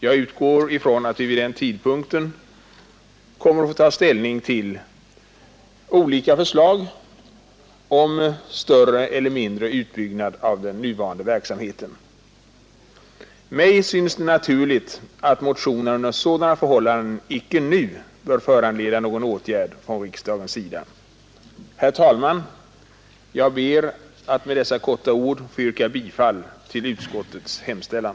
Jag utgår från att vi då kommer att få ta ställning till olika förslag om större eller mindre utbyggnad av den nuvarande verksamheten. Mig synes det naturligt att motionerna under sådana förhållanden icke nu bör föranleda någon åtgärd från riksdagens sida. Herr talman! Jag ber att med dessa få ord få yrka bifall till utskottets hemställan.